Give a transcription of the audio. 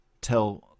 tell